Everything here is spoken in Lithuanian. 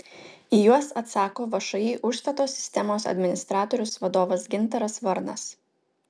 į juos atsako všį užstato sistemos administratorius vadovas gintaras varnas